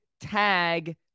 tag